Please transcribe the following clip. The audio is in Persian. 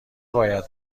باید